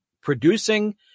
producing